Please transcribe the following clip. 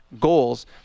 goals